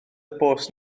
bws